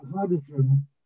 hydrogen